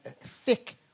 thick